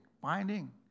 Binding